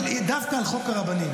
אבל דווקא על חוק הרבנים,